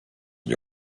gli